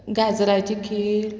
गाजराची खीर